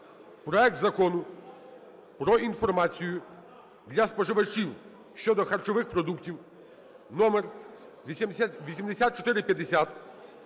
проект Закону про інформацію для споживачів щодо харчових продуктів (№ 8450)